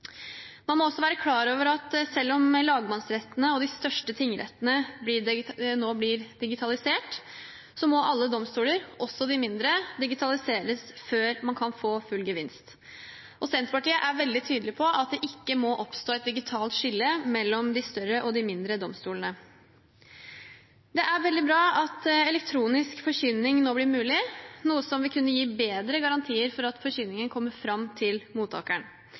Man må også være klar over at selv om lagmannsrettene og de største tingrettene nå blir digitalisert, må alle domstoler, også de mindre, digitaliseres før man kan få full gevinst. Senterpartiet er veldig tydelig på at det ikke må oppstå et digitalt skille mellom de større og de mindre domstolene. Det er veldig bra at elektronisk forkynning nå blir mulig, noe som vil kunne gi bedre garantier for at forkynningen kommer fram til mottakeren.